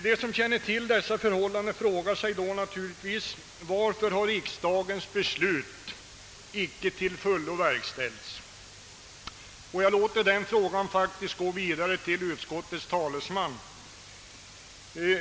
De som känner till dessa förhållanden frågar sig naturligtvis varför riksdagens beslut icke till fullo verkställdes. Jag låter denna fråga gå vidare till utskottets talesman.